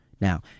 Now